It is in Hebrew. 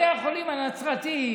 בתי החולים הנצרתיים,